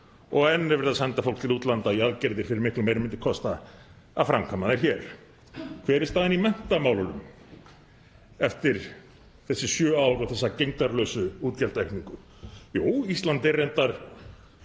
og enn er verið að senda fólk til útlanda í aðgerðir fyrir miklu meira en það myndi kosta að framkvæma þær hér. Hver er staðan í menntamálum eftir þessi sjö ár og þessa gegndarlausu útgjaldaaukningu? Jú, Ísland er reyndar